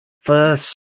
first